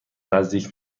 نزدیک